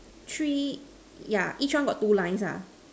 three yeah each one got two lines ah